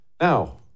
Now